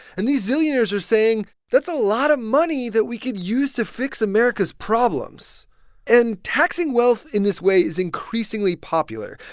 and these zillionaires are saying, that's a lot of money that we could use to fix america's problems and taxing wealth in this way is increasingly popular.